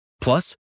Plus